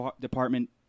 department